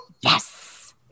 Yes